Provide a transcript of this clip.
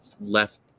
left